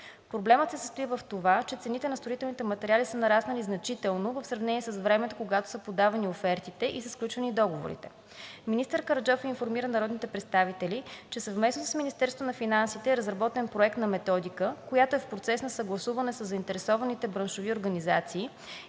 Проблемът се състои в това, че цените на строителните материали са нараснали значително в сравнение с времето, когато са подавани офертите и са сключвани договорите. Министър Караджов информира народните представители, че съвместно с Министерството на финансите е разработен проект на методика, която е в процес на съгласуване със заинтересованите браншови организации